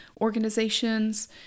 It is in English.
organizations